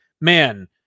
man